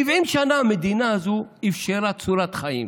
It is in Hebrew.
70 שנה המדינה הזאת אפשרה צורת חיים.